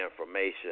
information